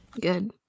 Good